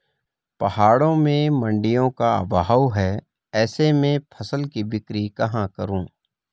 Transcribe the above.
पहाड़ों में मडिंयों का अभाव है ऐसे में फसल की बिक्री कहाँ करूँ?